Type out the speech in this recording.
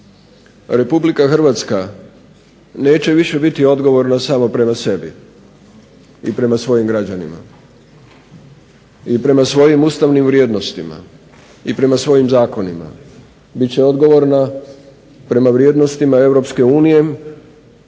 članice EU, RH neće više biti odgovorna samo prema sebi i svojim građanima i prema svojim ustavnim vrijednostima i prema svojim zakonima, bit će odgovorna prema vrijednostima EU,